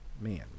Man